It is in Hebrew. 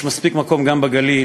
יש מספיק מקום גם בגליל,